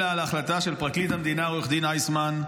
אלא על ההחלטה של פרקליט המדינה עו"ד אייסמן,